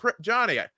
Johnny